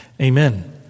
amen